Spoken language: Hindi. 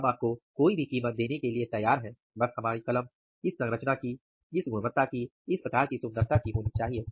हम आपको कोई भी कीमत देने के लिए तैयार हैं बस हमारी कलम इस संरचना की इस गुणवत्ता की इस प्रकार की सुन्दरता की होनी चाहिए